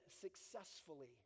successfully